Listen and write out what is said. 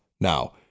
now